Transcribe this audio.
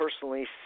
personally